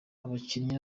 abakinnyi